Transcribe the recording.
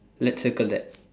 let's circle that